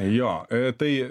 jo tai